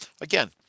again